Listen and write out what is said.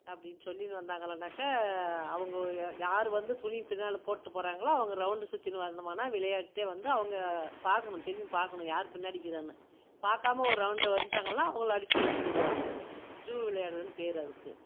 அப்படின்னு சொல்லின்னு வந்தாங்களான்னாக்க அவங்க யாரு வந்து துணி பின்னால் போட்டு போகிறாங்களோ அவங்க ரவுண்டு சுற்றினு வரணுமானா விளையாட்டே வந்து அவங்க பார்க்கணும் திரும்பி பாக்கணும் யார் பின்னாடி நிற்கிறானு பார்க்காம ஒரு ரவுண்டு வந்துட்டாங்கள்னா அவங்கள அடித்து எழுப்பிவிடுவாங்க ஜூ விளையாடறன்னு பேர் அதுக்கு